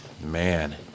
Man